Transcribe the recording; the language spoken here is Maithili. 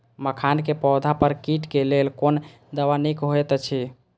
मखानक पौधा पर कीटक लेल कोन दवा निक होयत अछि?